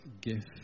gift